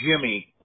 Jimmy